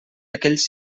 aquells